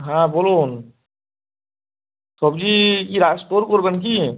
হ্যাঁ বলুন সবজি কি রা স্টোর করবেন কি